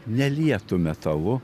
nelietu metalu